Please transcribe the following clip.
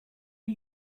are